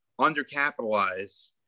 undercapitalize